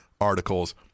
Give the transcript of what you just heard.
articles